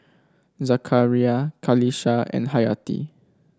Zakaria Qalisha and Hayati